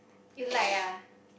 you like ah